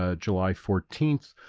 ah july fourteenth